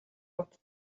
уут